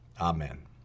Amen